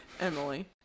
emily